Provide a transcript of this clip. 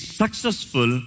successful